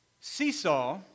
seesaw